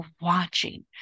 watching